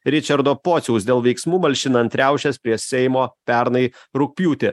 ričerdo pociaus dėl veiksmų malšinant riaušes prie seimo pernai rugpjūtį